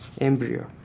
embryo